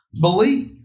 believe